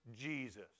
Jesus